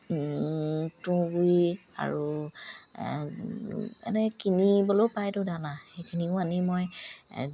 তুঁহ গুৰি আৰু এনে কিনিবলৈও পায়তো দানা সেইখিনিও আনি মই